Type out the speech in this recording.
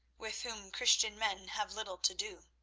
with whom christian men have little to do.